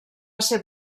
ser